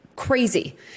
crazy